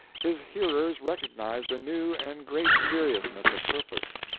his hearers recognized a new and great seriousness of purpose.